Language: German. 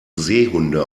seehunde